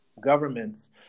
governments